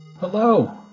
Hello